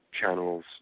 channels